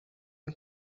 این